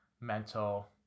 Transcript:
mental